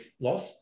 loss